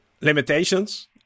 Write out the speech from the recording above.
limitations